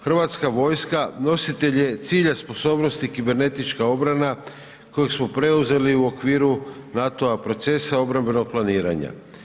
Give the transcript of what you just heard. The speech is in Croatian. Hrvatska vojska nositelj je cilja sposobnosti kibernetička obrana kojeg smo preuzeli u okviru NATO-a procesa obrambenog planiranja.